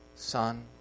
Son